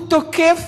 הוא תוקף